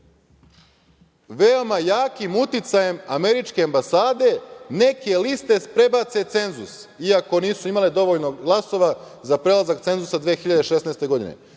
veoma jakim uticajem američke ambasade neke liste prebace cenzus, iako nisu imale dovoljno glasova za prelazak cenzusa 2016. godine.